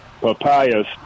papayas